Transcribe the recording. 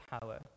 power